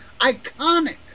iconic